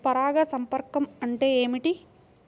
పరాగ సంపర్కం అంటే ఏమిటి?